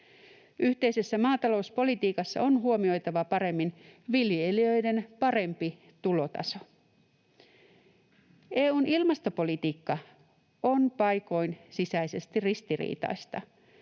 Yhteisessä maatalouspolitiikassa on huomioitava paremmin viljelijöiden parempi tulotaso. EU:n ilmastopolitiikka on paikoin sisäisesti ristiriitaista,